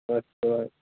yes ma'am